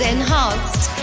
Enhanced